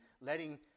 letting